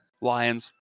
Lions